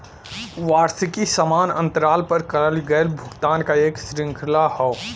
वार्षिकी समान अंतराल पर करल गयल भुगतान क एक श्रृंखला हौ